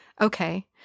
Okay